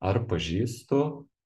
ar pažįstu